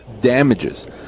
damages